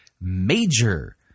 major